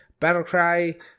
Battlecry